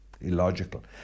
illogical